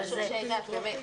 ננעלה בשעה 14:00.